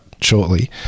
shortly